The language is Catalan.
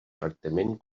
tractament